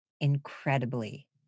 incredibly